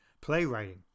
playwriting